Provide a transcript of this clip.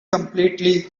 completely